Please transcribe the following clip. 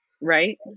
right